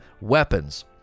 weapons